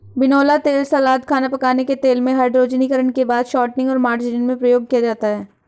बिनौला तेल सलाद, खाना पकाने के तेल में, हाइड्रोजनीकरण के बाद शॉर्टनिंग और मार्जरीन में प्रयोग किया जाता है